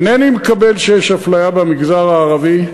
אינני מקבל שיש אפליה במגזר הערבי.